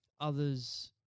others